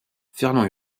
fernand